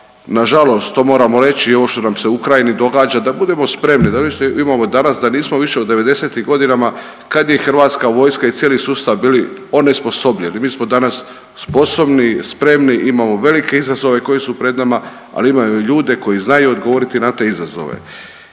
na žalost to moramo reći i ovo što nam se u Ukrajini događa da budemo spremni, da imamo danas da nismo u devedesetim godinama kad je Hrvatska vojska i cijeli sustav bili onesposobljeni. Mi smo danas sposobni, spremni, imamo velike izazove koji su pred nama ali imamo i ljude koji znaju odgovoriti na te izazove.